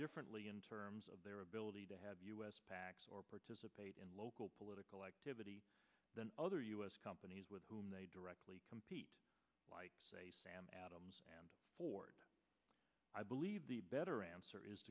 differently in terms of their ability to have u s or participate in local political activity than other u s companies with whom they directly compete like adams and ford i believe the better answer is